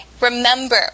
Remember